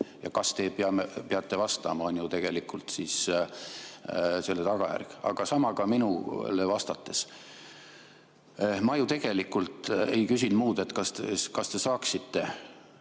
Ja kas te peate vastama, on ju tegelikult selle tagajärg. Aga sama ka minule vastates. Ma ju tegelikult ei küsinud muud kui seda, kas te saaksite